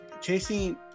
chasing